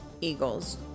Eagles